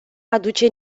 aduce